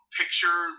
picture